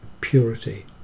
purity